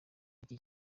muri